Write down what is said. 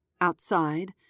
Outside